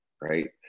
right